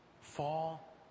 Fall